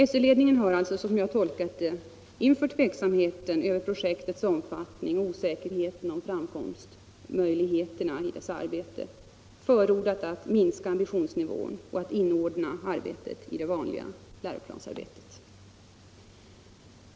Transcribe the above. SÖ-ledningen har alltså, som jag tolkat det, inför tveksamheten i fråga om projektets omfattning och osäkerheten om framkomstmöjligheterna i dess arbete förordat att ambitionsnivån skall sänkas och arbetet inordnas i det vanliga läroplansarbetet.